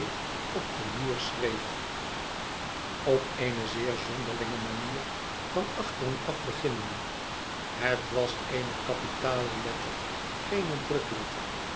op den muur schreef op eene zeer zonderlinge manier van achteren af beginnende het was eene kapitale letter geene drukletter